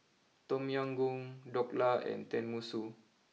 Tom Yam Goong Dhokla and Tenmusu